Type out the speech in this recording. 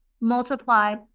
multiply